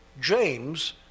James